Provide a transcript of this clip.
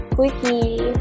Quickie